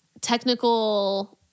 technical